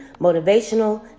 motivational